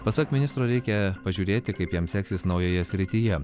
pasak ministro reikia pažiūrėti kaip jam seksis naujoje srityje